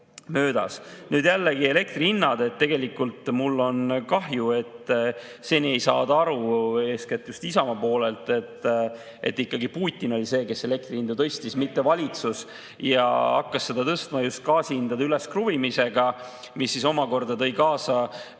Jällegi elektrihindadest – tegelikult mul on kahju, et seni ei saada aru, eeskätt just Isamaa poolelt, et ikkagi Putin oli see, kes elektri hinda tõstis, mitte valitsus. Ta hakkas seda tõstma just gaasihindade üleskruvimisega, mis siis omakorda tõi kaasa